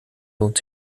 lohnt